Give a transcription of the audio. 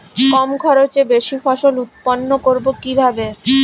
কম খরচে বেশি ফসল উৎপন্ন করব কিভাবে?